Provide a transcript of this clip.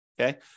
Okay